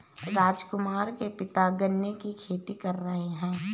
राजकुमार के पिता गन्ने की खेती कर रहे हैं